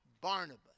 Barnabas